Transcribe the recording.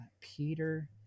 peter